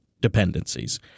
dependencies